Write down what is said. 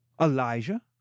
Elijah